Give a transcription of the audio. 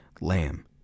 lamb